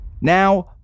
Now